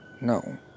No